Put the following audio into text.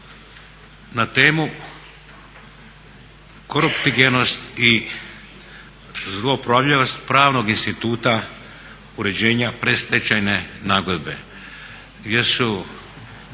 na temu "Koruptigenost i zlouporabljivost pravnog instituta uređenja predstečajne nagodbe" gdje su